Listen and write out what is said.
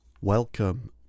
Welcome